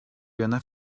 yana